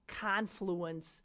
confluence